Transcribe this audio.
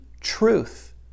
truth